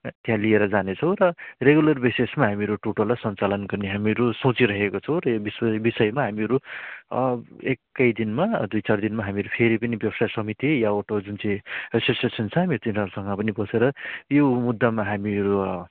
त्यहाँ लिएर जानेछौँ र रेगुलर बेसिसमा हामीहरू टोटोलाई सञ्चालन गर्ने हामीहरू सोचिरहेको छौँ र यो विषय विषयमा हामीहरू एकै दिनमा दुई चार दिनमा हामीहरू फेरि पनि व्यवसाय समिति यहाँ अटो जुन चाहिँ एसोसिएसन छ हामी तिनीहरूसँग पनि बसेर यो मुद्दामा हामीहरू